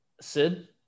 Sid